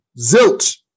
Zilch